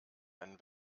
einen